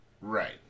right